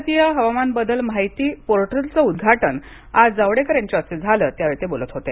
भारतीय हवामान बदल माहिती पोर्टलचं उद्घाटन आज जावडेकर यांच्या हस्ते झालं त्यावेळी ते बोलत होते